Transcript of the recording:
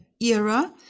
era